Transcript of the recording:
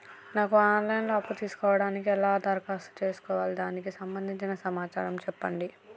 నాకు online లో అప్పు తీసుకోవడానికి ఎలా దరఖాస్తు చేసుకోవాలి దానికి సంబంధించిన సమాచారం చెప్పండి?